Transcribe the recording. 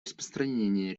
распространения